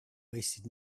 wasted